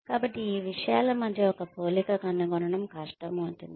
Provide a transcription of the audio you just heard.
కాబట్టి ఈ విషయాల మధ్య ఒక పోలిక కనుగొనడం కష్టం అవుతుంది